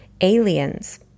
aliens